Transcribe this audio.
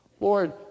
Lord